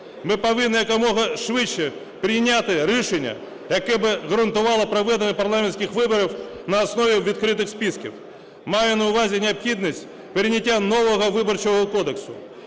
Ми повинні якомога швидше прийняти рішення, яке би гарантувало проведення парламентських виборів на основі відкритих списків, маю на увазі необхідність прийняття нового Виборчого кодексу.